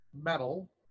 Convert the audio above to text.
metal